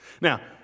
Now